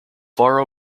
varro